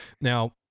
Now